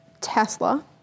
Tesla